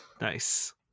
Nice